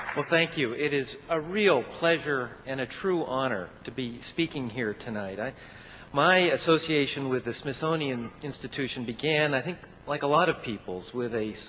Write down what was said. well thank you. it is a real pleasure and a true honor to be speaking here tonight. my association with the smithsonian institution began i think like a lot of people's, with a